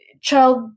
child